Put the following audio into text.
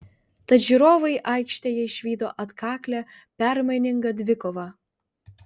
tad žiūrovai aikštėje išvydo atkaklią permainingą dvikovą